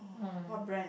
uh